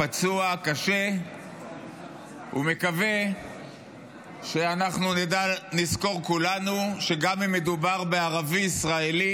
לפצוע קשה ומקווה שאנחנו נזכור כולנו שגם אם מדובר בערבי ישראלי